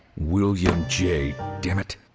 william j. dammit.